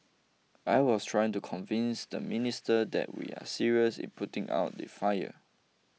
I was trying to convince the minister that we are serious in putting out the fire